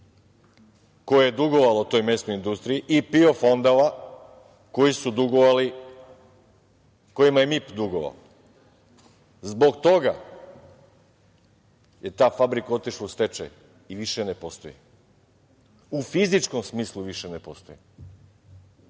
koje je dugovalo toj mesnoj industriji i PIO fondova kojima je MIP dugovao. Zbog toga je ta fabrika otišla u stečaj i više ne postoji. U fizičkom smislu više ne postoji. Šta